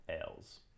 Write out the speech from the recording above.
Ales